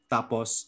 Tapos